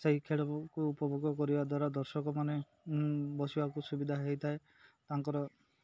ସେହି ଖେଳକୁ ଉପଭୋଗ କରିବା ଦ୍ୱାରା ଦର୍ଶକ ମାନେ ବସିବାକୁ ସୁବିଧା ହେଇଥାଏ ତାଙ୍କର